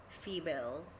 female